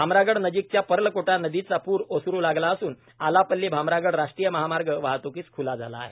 भामरागडनजीकच्या पर्लकोटा नदीचा प्र ओसरु लागला असून आलापल्ली भामरागड राष्ट्रीय महामार्ग वाहत्कीस खुला झाला आहे